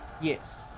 yes